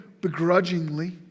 begrudgingly